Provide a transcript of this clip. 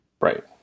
Right